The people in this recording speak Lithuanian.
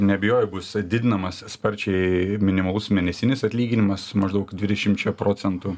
neabejoju bus didinamas sparčiai minimalus mėnesinis atlyginimas maždaug dvidešimčia procentų